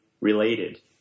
related